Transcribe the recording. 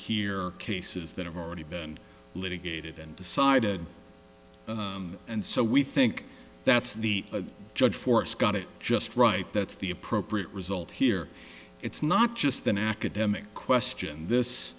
hear cases that have already been litigated and decided and so we think that's the judge force got it just right that's the appropriate result here it's not just an academic question this